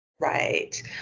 right